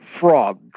frogs